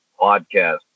podcast